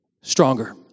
stronger